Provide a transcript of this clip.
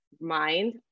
mind